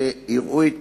אך יראו זאת